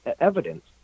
evidence